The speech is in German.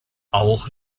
auch